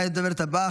כעת הדוברת הבאה,